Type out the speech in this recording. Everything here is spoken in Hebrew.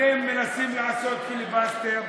אתם מנסים לעשות פיליבסטר,